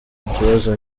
kibazo